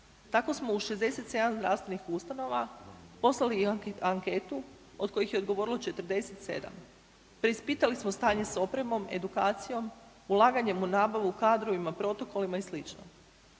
Tako smo u 67 zdravstvenih ustanova poslali i anketu od kojih je odgovorilo 47. Preispitali smo stanje s opremom, edukacijom, ulaganjem u nabavu kadrova, protokolima i sl.